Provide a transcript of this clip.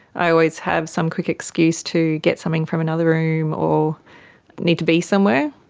i always have some quick excuse to get something from another room or need to be somewhere,